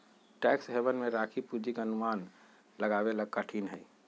tax haven में राखी पूंजी के अनुमान लगावे ला कठिन हई